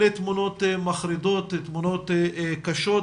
אלה תמונות מחרידות, תמונות קשות,